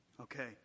Okay